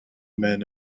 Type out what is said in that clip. men